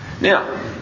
Now